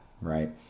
right